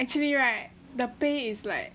actually right the pay is like